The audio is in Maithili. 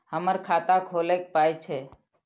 हमर खाता खौलैक पाय छै